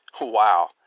Wow